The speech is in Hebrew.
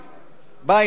בא,